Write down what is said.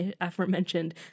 aforementioned